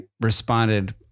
responded